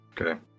okay